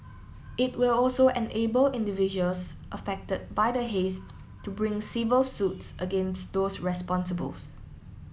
it will also enable individuals affected by the haze to bring civil suits against those responsibles